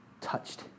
touched